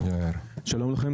שלום לכם.